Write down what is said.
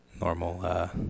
Normal